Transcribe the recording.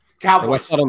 cowboys